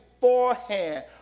beforehand